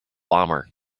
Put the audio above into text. bomber